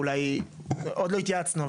עוד לא התייעצנו,